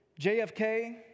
JFK